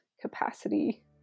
capacity